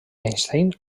einstein